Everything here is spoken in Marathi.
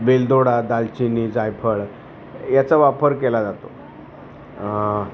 वेलदोडा दालचिनी जायफळ याचा वापर केला जातो